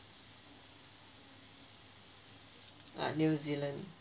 err new zealand